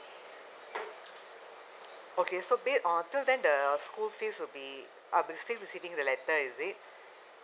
okay so based on till then the school fees will be uh basically receiving the letter is it